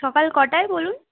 সকাল কটায় বলুন